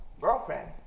girlfriend